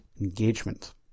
engagement